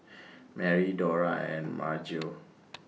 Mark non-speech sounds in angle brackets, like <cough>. Merri Dora and Maryjo <noise>